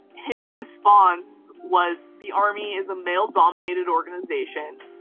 his response was, the army is a male-dominated organization.